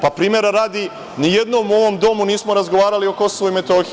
Primera radi, ni jednom u ovom domu nismo razgovarali o KiM.